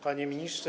Panie Ministrze!